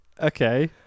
Okay